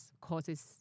causes